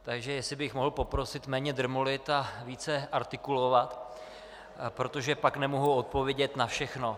Takže jestli bych mohl poprosit méně drmolit a více artikulovat, protože pak nemohu odpovědět na všechno.